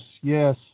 Yes